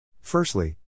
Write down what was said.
Firstly